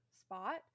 spot